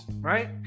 right